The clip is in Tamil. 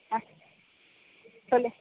ஆ சொல்